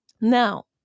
Now